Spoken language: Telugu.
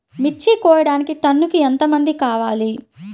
మిర్చి కోయడానికి టన్నుకి ఎంత మంది కావాలి?